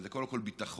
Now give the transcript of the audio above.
וזה קודם כול ביטחון